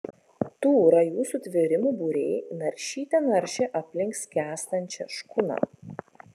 tų rajų sutvėrimų būriai naršyte naršė aplink skęstančią škuną